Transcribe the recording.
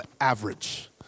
average